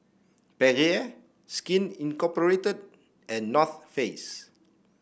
Perrier Skin Incorporated and North Face